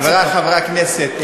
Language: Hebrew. חברי חברי הכנסת,